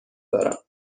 دارم